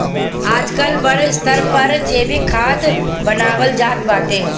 आजकल बड़ स्तर पर जैविक खाद बानवल जात बाटे